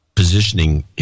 positioning